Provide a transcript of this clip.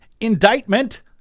indictment